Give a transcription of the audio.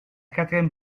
quatrième